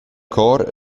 cor